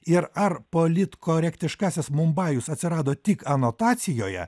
ir ar politkorektiškasis mumbajus atsirado tik anotacijoje